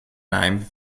name